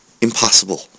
Impossible